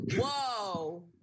whoa